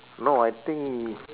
no I think